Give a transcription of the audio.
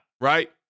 Right